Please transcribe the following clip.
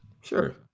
Sure